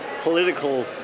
political